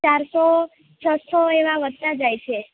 ચારસો છસો એવા વધતાં જાય છે